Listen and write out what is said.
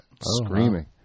screaming